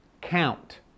count